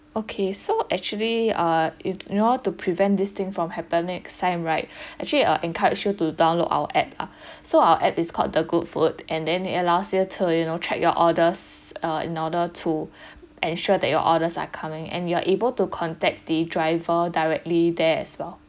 okay so actually uh you you know to prevent this thing from happen next time right actually I encourage you to download our app lah so our app is called the good food and then it allows you to you know check your orders err in order to ensure that your orders are coming and you're are able to contact the driver directly there as well